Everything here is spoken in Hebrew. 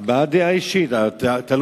דעה אישית.